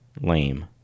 Lame